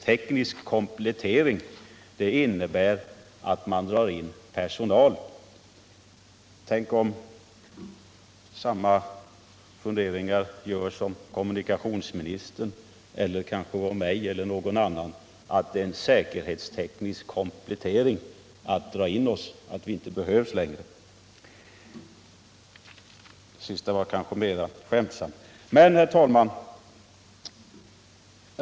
Tänk om sådana funderingar gjordes när det gäller t.ex. kommunikationsministern eller mig! Tänk om man betraktade det som en säkerhetsteknisk komplettering att dra in våra jobb! — Det senaste var mera skämtsamt.